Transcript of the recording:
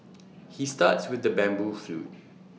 he starts with the bamboo flute